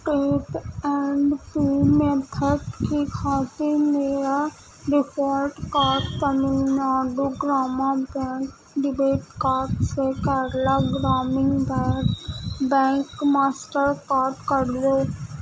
tape and pay method کی خاطر میرا default card Tamil Nadu Grama bank debit card سے کیرلا گرامین بیک بینک ماسٹر کارڈ کر دو